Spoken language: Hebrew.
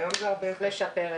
היום זה הרבה יותר טוב.